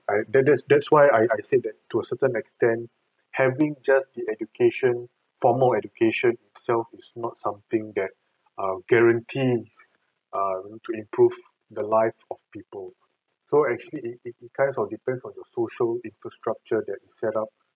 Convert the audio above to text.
that that that's why I I said that to a certain extent having just the education formal education itself is not something that um guarantee err to improve the lives of people so actually it it kind of depends on your social infrastructure that's set up